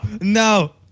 no